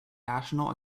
national